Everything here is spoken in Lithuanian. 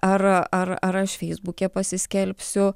ar ar ar aš feisbuke pasiskelbsiu